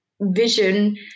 vision